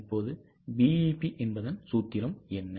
இப்போது BEP என்பதன் சூத்திரம் என்ன